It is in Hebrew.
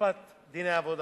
אכיפת דיני העבודה.